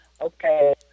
okay